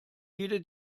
jede